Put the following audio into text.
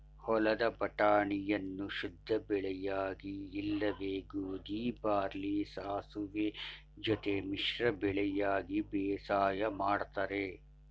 ಹೊಲದ ಬಟಾಣಿಯನ್ನು ಶುದ್ಧಬೆಳೆಯಾಗಿ ಇಲ್ಲವೆ ಗೋಧಿ ಬಾರ್ಲಿ ಸಾಸುವೆ ಜೊತೆ ಮಿಶ್ರ ಬೆಳೆಯಾಗಿ ಬೇಸಾಯ ಮಾಡ್ತರೆ